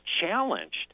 challenged